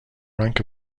rank